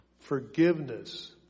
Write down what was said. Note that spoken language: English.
forgiveness